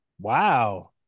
Wow